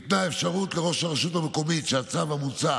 ניתנה אפשרות לראש הרשות המקומית שהצו המוצע